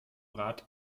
rat